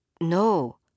No